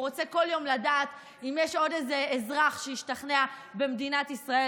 הוא רוצה כל יום לדעת אם יש עוד איזה אזרח שהשתכנע במדינת ישראל,